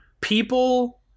people